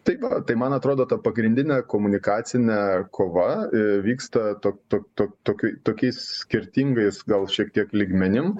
tai va tai man atrodo ta pagrindinė komunikacinė kova vyksta tok tok tok tokiai tokiais skirtingais gal šiek tiek lygmenim